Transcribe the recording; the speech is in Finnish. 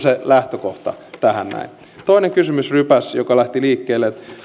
se lähtökohta tähän näin toinen kysymysrypäs joka lähti liikkeelle